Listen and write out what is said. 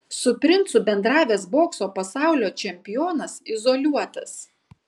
su princu bendravęs bokso pasaulio čempionas izoliuotas